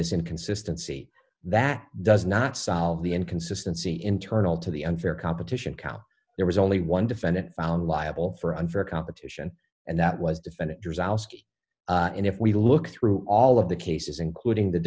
this inconsistency that does not solve the inconsistency internal to the unfair competition count there was only one defendant found liable for unfair competition and that was defendant and if we look through all of the cases including the